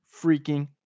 freaking